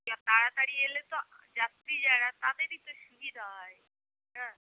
তাড়াতাড়ি এলে তো যাত্রী যারা তাদের একটু সুবিধা হয় হ্যাঁ